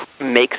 makes